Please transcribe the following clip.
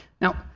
Now